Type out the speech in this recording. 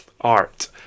art